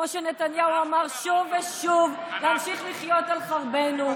כמו שנתניהו אמר שוב ושוב: נמשיך לחיות על חרבנו,